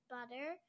butter